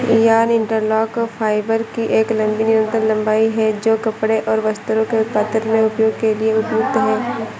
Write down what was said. yarn interlock fibre की एक लंबी निरंतर लंबाई है, जो कपड़े और वस्त्रों के उत्पादन में उपयोग के लिए उपयुक्त है